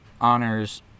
Honor's